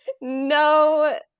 no